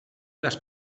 las